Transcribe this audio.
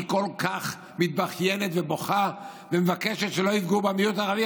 היא כל כך מתבכיינת ובוכה ומבקשת שלא יפגעו במיעוט הערבי,